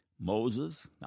Moses